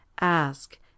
Ask